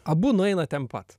abu nueina ten pat